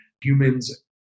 humans